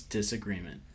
Disagreement